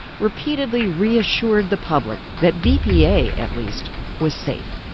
repeatedly reassured the public that bpa, at least, was safe.